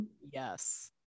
Yes